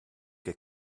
che